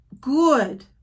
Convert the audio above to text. good